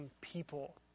people